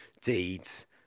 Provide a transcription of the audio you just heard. deeds